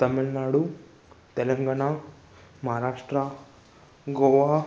Tamil Nadu Telangana Maharashtra Goa